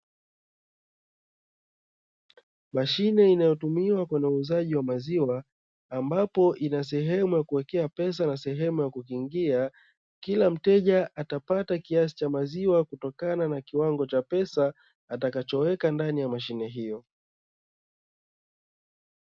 Mashine inayo tumiwa kwenye uuzaji wa maziwa, ambapo ina sehemu ya kuwekea pesa na sehemu ya kukingia. Kila mteja atapata kiasi cha maziwa kulingana na kiasi cha pesa atakachoweka ndani ya mashine hiyo.